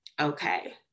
Okay